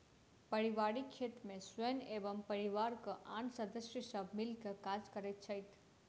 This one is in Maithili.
पारिवारिक खेत मे स्वयं एवं परिवारक आन सदस्य सब मिल क काज करैत छथि